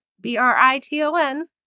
B-R-I-T-O-N